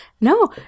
No